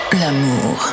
l'amour